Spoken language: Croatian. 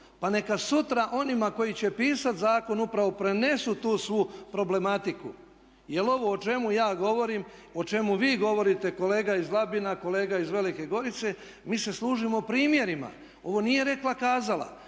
pa neka sutra onima koji će pisati zakon upravo prenesu tu svu problematiku jer ovo o čemu ja govorim, o čemu vi govorite kolega iz Labina, kolega iz Velike Gorice mi se služimo primjerima. Ovo nije rekla kazala,